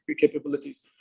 capabilities